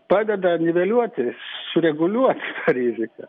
padeda niveliuoti sureguliuot tą riziką